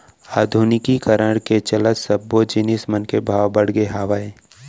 आधुनिकीकरन के चलत सब्बो जिनिस मन के भाव बड़गे हावय